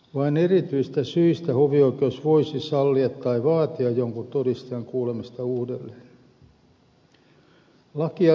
vain erityisistä syistä hovioikeus voisi sallia tai vaatia jonkun todistajan kuulemista uudelleen